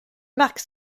marque